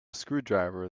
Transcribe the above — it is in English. screwdriver